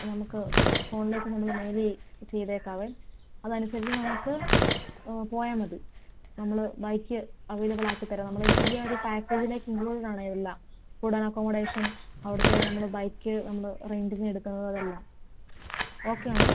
നമുക്ക് ഫോണിലേക്ക് നമ്മൾ മെയില് ചെയ്തേക്കാം അത് അനുസരിച്ച് നമുക്ക് പോയാൽ മതി നമ്മൾ ബൈക്ക് അവൈലബിൾ ആക്കി തരാം നമ്മൾ ഈ ഒരു പാക്കേജിലേക്ക് ഇൻക്ലൂഡഡ് ആണ് എല്ലാം കൂടെ അക്കോമഡേഷൻ അവിടുത്തെ നമ്മളെ ബൈക്ക് നമ്മൾ റെൻറ്റിന് എടുത്തത് എല്ലാം ഓക്കെ ആണോ